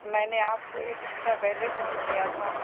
میں نے آپ کو ایک گھنٹہ پہلے فون کیا تھا